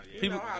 people